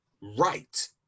right